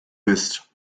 bist